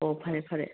ꯑꯣ ꯐꯔꯦ ꯐꯔꯦ